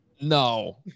No